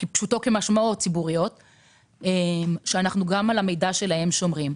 פשוטו כמשמעו, וגם על המידע שלהן אנחנו שומרים.